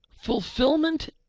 fulfillment